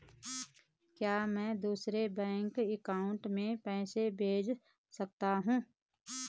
क्या मैं दूसरे बैंक अकाउंट में पैसे भेज सकता हूँ?